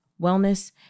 wellness